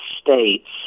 States